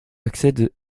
accèdent